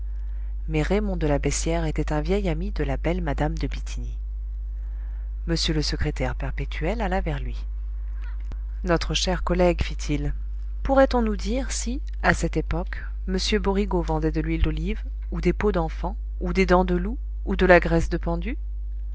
mais raymond de la beyssière était un vieil ami de la belle mme de bithynie m le secrétaire perpétuel alla vers lui notre cher collègue fit-il pourrait-on nous dire si à cette époque m borigo vendait de l'huile d'olive ou des peaux d'enfant ou des dents de loup ou de la graisse de pendu